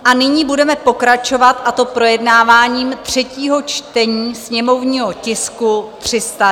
A nyní budeme pokračovat, a to projednáváním třetího čtení sněmovního tisku 302.